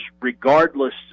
regardless